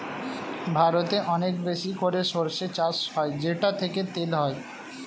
ভারতে অনেক বেশি করে সরষে চাষ হয় যেটা থেকে তেল হয়